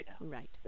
right